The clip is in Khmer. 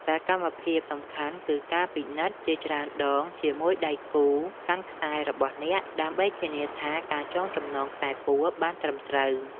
សកម្មភាពសំខាន់ គឺការពិនិត្យជាច្រើនដងជាមួយដៃគូកាន់ខ្សែរបស់អ្នក ដើម្បីធានាថាការចងចំណងខ្សែពួរបានត្រឹមត្រូវ។